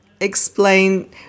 explain